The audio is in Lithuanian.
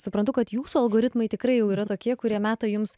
suprantu kad jūsų algoritmai tikrai jau yra tokie kurie meta jums